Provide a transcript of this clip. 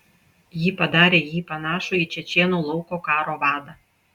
ji padarė jį panašų į čečėnų lauko karo vadą